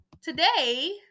today